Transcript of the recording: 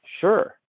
Sure